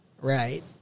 Right